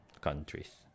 countries